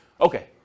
Okay